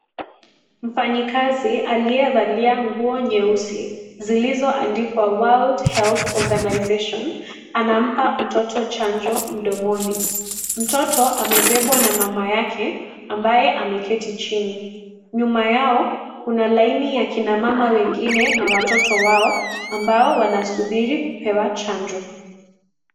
Mfanyi kazi aliyevalia nguo nyeusi zilizoandikwa world health organization anampa mtoto janjo mdomoni. Mtoto amebebwa na mama yake ambaye ameketi chini. Nyuma yao Kuna laini ya kina mama wengine na watoto wao ambao wanasubiri kupewa janjo.